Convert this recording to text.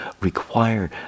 require